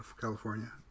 California